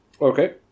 okay